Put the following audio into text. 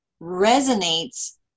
resonates